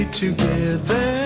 together